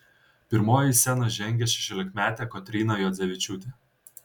pirmoji į sceną žengė šešiolikmetė kotryna juodzevičiūtė